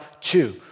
two